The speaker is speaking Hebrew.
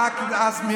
הבחירות הן לא לכנסת?